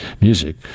music